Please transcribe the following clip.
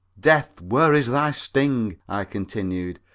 death, where is thy sting? i continued,